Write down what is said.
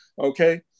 okay